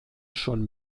schon